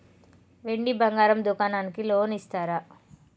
వెండి బంగారం దుకాణానికి లోన్ ఇస్తారా?